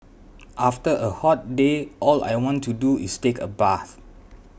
after a hot day all I want to do is take a bath